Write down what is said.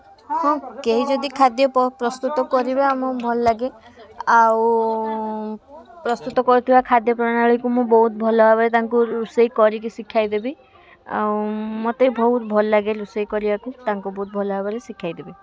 ହଁ କେହି ଯଦି ଖାଦ୍ୟ ପ୍ରସ୍ତୁତ କରିବା ଆମକୁ ଭଲ ଲାଗେ ଆଉ ପ୍ରସ୍ତୁତ କରୁଥିବା ଖାଦ୍ୟ ପ୍ରଣାଳୀକୁ ମୁଁ ବହୁତ ଭଲ ଭାବେ ତାଙ୍କୁ ରୋଷେଇ କରିକି ଶିଖାଇ ଦେବି ଆଉ ମୋତେ ବହୁତ ଭଲ ଲାଗେ ରୋଷେଇ କରିବାକୁ ତାଙ୍କୁ ବହୁତ ଭଲ ଭାବରେ ଶିଖାଇ ଦେବି